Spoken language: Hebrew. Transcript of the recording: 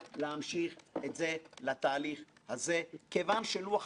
ושל בנק ישראל בגלל זה גם השכר שם גבוה מאוד,